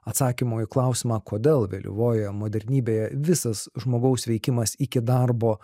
atsakymo į klausimą kodėl vėlyvojoje modernybėje visas žmogaus veikimas iki darbo